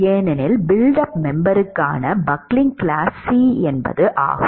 ஏனெனில் built up மெம்பருக்கான buckling class C ஆகும்